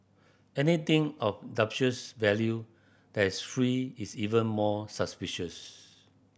anything of dubious value that is free is even more suspicious